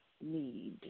need